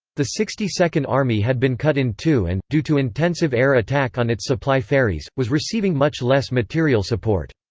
the sixty second army had been cut in two and, due to intensive air attack on its supply ferries, was receiving much less material support.